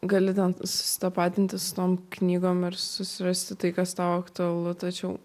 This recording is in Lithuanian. gali ten susitapatinti su tom knygom ir susirasti tai kas tau aktualu tačiau